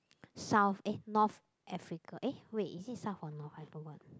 South eh North Africa eh wait is it South or North I don't know